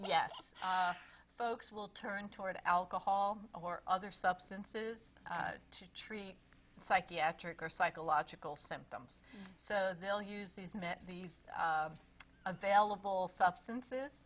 yes folks will turn toward alcohol or other substances to treat psychiatric or psychological symptoms so they'll use these men these are available substances